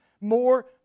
more